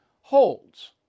holds